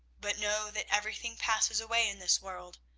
but know that everything passes away in this world.